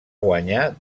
guanyar